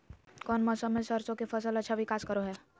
कौन मौसम मैं सरसों के फसल अच्छा विकास करो हय?